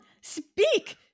speak